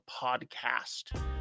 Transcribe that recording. podcast